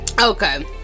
Okay